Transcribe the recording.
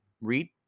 read